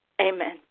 amen